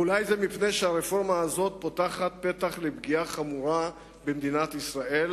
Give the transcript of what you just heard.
ואולי זה מפני שהרפורמה הזאת פותחת פתח לפגיעה חמורה במדינת ישראל,